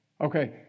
Okay